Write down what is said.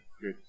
good